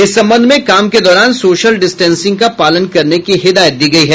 इस संबंध में काम के दौरान सोशल डिस्टेंसिंग का पालन करने की हिदायत दी गयी है